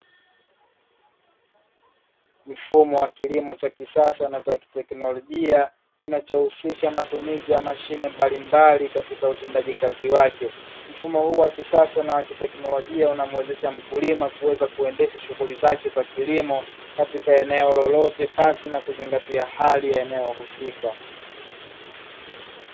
Mfumo wa kilimo cha kisasa na cha kitekinolojia kinachohusisha matumizi ya mashine mbalimbali katika utendaji kazi wake, mfumo huu wa kisasa na wa kitekinolojia unamuwezesha mkulima kuweza kuendesha shughuli zake za kilimo katika eneo lolote pasi na kuzingatia hali ya eneo husika.